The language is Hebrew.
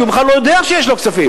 כי הוא בכלל לא יודע שיש לו כספים.